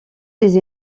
des